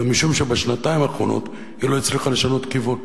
אלא משום שבשנתיים האחרונות היא לא הצליחה לשנות כיוון.